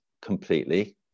completely